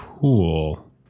Cool